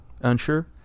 Unsure